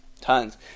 Tons